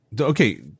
Okay